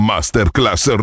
Masterclass